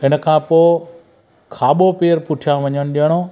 हिन खां पोइ खाॿो पेरु पुठियां वञण ॾियणो